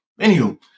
Anywho